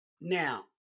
Now